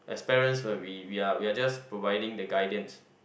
as parents are we we are we are just providing the guidance